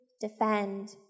defend